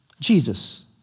Jesus